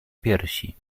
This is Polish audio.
piersi